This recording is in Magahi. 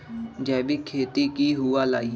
जैविक खेती की हुआ लाई?